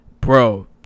Bro